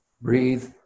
Breathe